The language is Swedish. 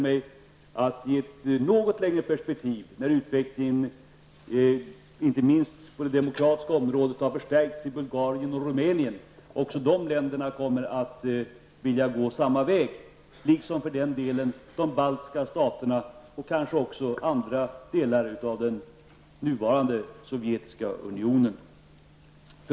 I ett något längre perspektiv när utvecklingen, inte minst på det demokratiska området, har förstärkts i Bulgarien och Rumänien, föreställer jag mig att dessa länder kommer att vilja gå samma väg, liksom även för den delen de baltiska staterna och kanske också andra delar av den nuvarande sovjetiska unionen.